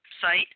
site